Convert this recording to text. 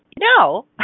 no